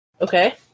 okay